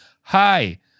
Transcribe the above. Hi